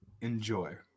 Enjoy